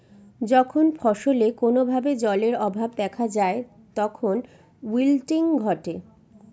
যখন ফসলে কোনো ভাবে জলের অভাব দেখা যায় তখন উইল্টিং ঘটে